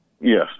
Yes